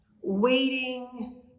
waiting